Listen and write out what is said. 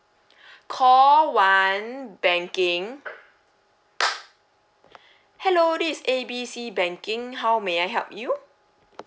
call one banking hello this is A B C banking how may I help you